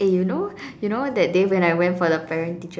eh you know you know that day when I went to the parent teacher